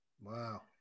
Wow